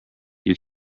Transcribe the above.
you